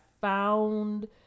found